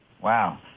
Wow